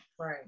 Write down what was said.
Right